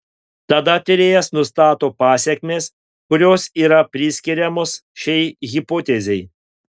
tada tyrėjas nustato pasekmes kurios yra priskiriamos šiai hipotezei